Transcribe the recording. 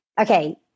okay